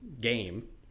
game